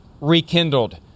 rekindled